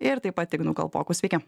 ir taip pat ignu kalpoku sveiki